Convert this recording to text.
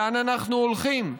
לאן אנחנו הולכים?